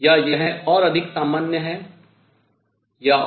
या यह और अधिक सामान्य है या और